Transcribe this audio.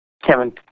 Kevin